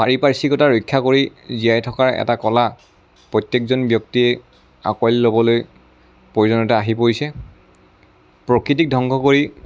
পাৰিপাৰ্শ্বিকতা ৰক্ষা কৰি জীয়াই থকাৰ এটা কলা প্ৰত্যেকজন ব্যক্তিয়েই আঁকোৱালি ল'বলৈ প্ৰয়োজনীয়তা আহি পৰিছে প্ৰকৃতিক ধ্বংস কৰি